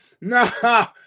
no